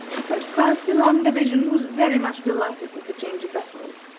the first class in long division was very much delighted with the change of vessels,